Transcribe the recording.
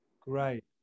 great